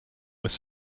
was